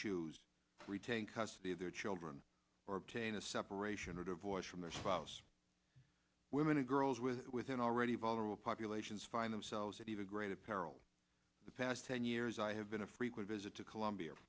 choose retain custody of their children or obtain a separation or divorce from their spouse women and girls with within already vulnerable populations find themselves at even greater peril in the past ten years i have been a frequent visit to colombia